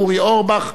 אורי אורבך,